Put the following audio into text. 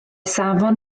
safon